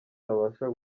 tutabasha